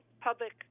public